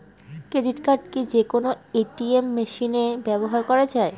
Credit card কি যে কোনো এ.টি.এম মেশিনে ব্যবহার করা য়ায়?